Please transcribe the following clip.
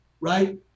right